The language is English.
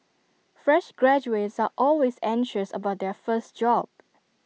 fresh graduates are always anxious about their first job